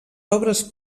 obres